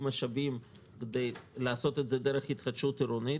משאבים ולעשות את זה דרך התחדשות עירונית.